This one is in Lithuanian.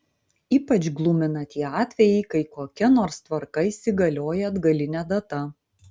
ypač glumina tie atvejai kai kokia nors tvarka įsigalioja atgaline data